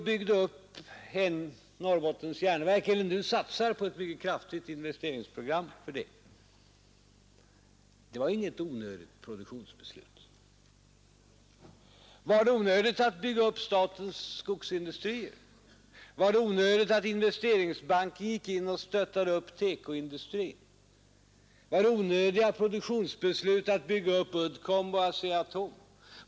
När staten nu satsar på ett mycket kraftigt investeringsprogram för att bygga upp Norrbottens Järnverk är det inget onödigt produktionsbeslut. Var det onödigt att bygga upp Statens skogsindustrier? Var det onödigt att Investeringsbanken stöttade upp TEKO-industrin? Var det onödiga produktionsbeslut att bygga upp Uddcomb och ASEA-Atom?